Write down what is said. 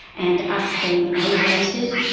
and us being elevated,